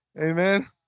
Amen